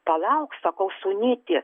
palauk sakau sūnyti